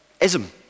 ism